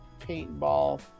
paintball